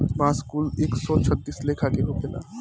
बांस कुल एक सौ छत्तीस लेखा के होखेला